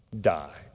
die